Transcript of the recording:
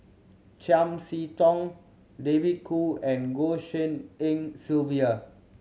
Chiam See Tong David Kwo and Goh Tshin En Sylvia